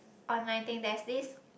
online thing there's this